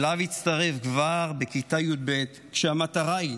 שאליו הצטרף כבר בכיתה י"ב, כשהמטרה היא